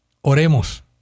Oremos